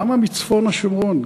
למה מצפון השומרון,